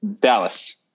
Dallas